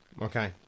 Okay